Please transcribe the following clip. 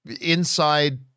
inside